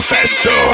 Festo